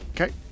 Okay